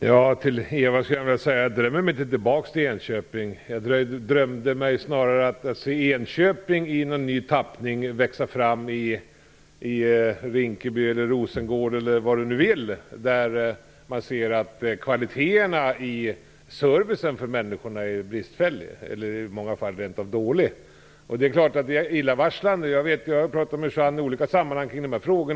Herr talman! Till Eva Johansson vill jag säga att jag inte drömmer mig tillbaka till Enköping. Jag drömde snarare att se Enköping i ny tappning växa fram i Rinkeby, Rosengård, eller var man nu vill, där man ser att kvaliteten i servicen för människorna är bristfällig och i många fall rent av dålig. Det är klart att det är illavarslande. Jag har talat med Juan Fonseca i olika sammanhang om dessa frågor.